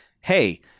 hey